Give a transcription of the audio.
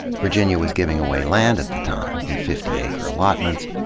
virginia was giving away land at the time, in fifty acre allotments,